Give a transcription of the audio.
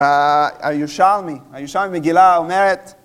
אה, הירושלמי, הירושלמי מגילה אומרת...